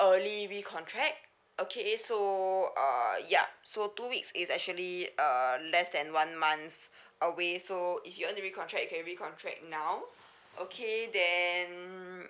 early recontract okay so err ya so two weeks is actually err less than one month away so if you want to recontract you can recontract now okay then